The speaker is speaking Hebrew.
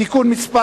(תיקון מס'